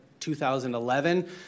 2011